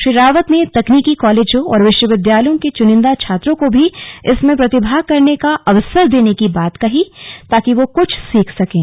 श्री रावत ने तकनीकी कॉलेजों और विश्वविद्यालयों के चुनिंदा छात्रों को भी इसमें प्रतिभाग करने का अवसर देने की बात कही ताकि वो कुछ सीख सकें